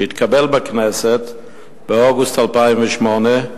שהתקבל בכנסת באוגוסט 2008,